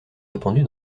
répandue